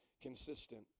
consistent